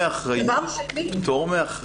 פטור מאחריות